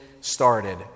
started